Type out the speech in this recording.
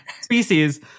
species